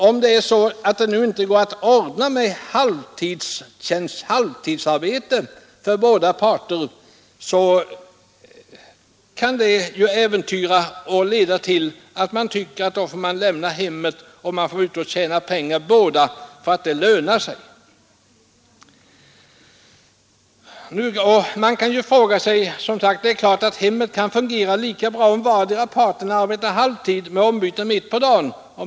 Om det nu inte går att ordna med halvtidsarbete för båda makarna, så kan det ju hända att bägge två anser sig böra arbeta heltid utanför hemmet, eftersom det lönar sig. Det är klart att hemmet kan fungera bra, om båda arbetar halvtid med ombyte mitt på dagen.